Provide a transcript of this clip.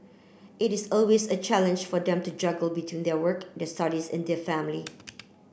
it is always a challenge for them to juggle between their work the studies and the family